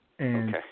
Okay